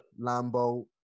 Lambo